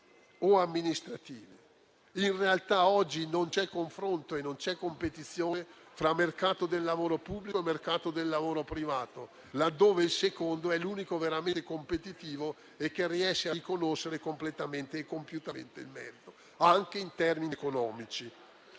In realtà, oggi non c'è confronto e non c'è competizione tra mercato del lavoro pubblico e mercato del lavoro privato, laddove il secondo è l'unico veramente competitivo, che riesce a riconoscere completamente e compiutamente il merito, anche in termini economici.